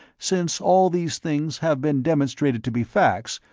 since all these things have been demonstrated to be facts,